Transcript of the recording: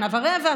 שנה ורבע,